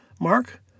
Mark